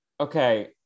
Okay